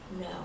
no